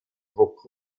druck